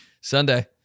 Sunday